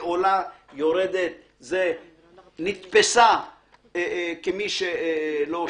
אם הוא נתפס כמי שלא שילם,